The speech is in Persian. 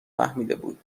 فهمیدهبود